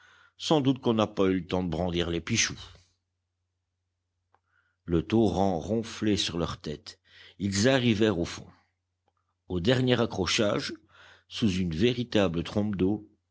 sans doute qu'on n'a pas eu le temps de brandir les pichoux le torrent ronflait sur leurs têtes ils arrivèrent au fond au dernier accrochage sous une véritable trombe d'eau